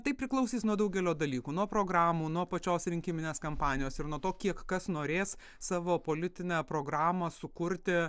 tai priklausys nuo daugelio dalykų nuo programų nuo pačios rinkiminės kampanijos ir nuo to kiek kas norės savo politinę programą sukurti